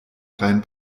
rein